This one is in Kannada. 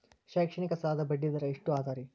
ಶೈಕ್ಷಣಿಕ ಸಾಲದ ಬಡ್ಡಿ ದರ ಎಷ್ಟು ಅದರಿ?